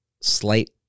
slight